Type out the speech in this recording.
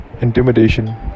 intimidation